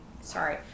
sorry